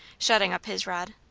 shutting up his rod.